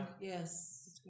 Yes